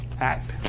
act